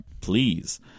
Please